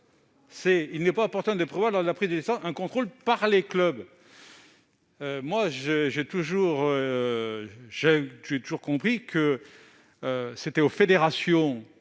Il n'est pas opportun de prévoir, lors de la prise de licence, un contrôle, par les clubs [...].» J'ai toujours compris que c'était aux fédérations